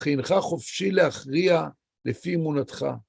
הינך חופשי להכריע לפי אמונתך.